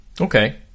Okay